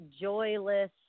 joyless